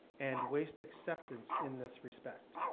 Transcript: and waste acceptance in this respect?